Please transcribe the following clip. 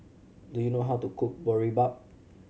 do you know how to cook Boribap